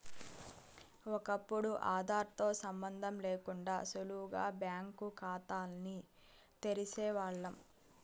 ఒకప్పుడు ఆదార్ తో సంబందం లేకుండా సులువుగా బ్యాంకు కాతాల్ని తెరిసేవాల్లం